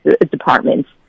departments